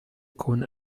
con